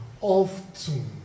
often